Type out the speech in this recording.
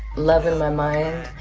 love in my mind.